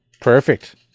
Perfect